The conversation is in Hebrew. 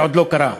זה עוד לא קרה.